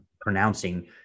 pronouncing